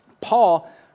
Paul